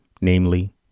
namely